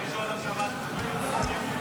התקבלה בקריאה השנייה והשלישית,